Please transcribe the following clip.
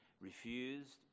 refused